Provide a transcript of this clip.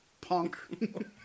punk